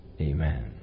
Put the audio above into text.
Amen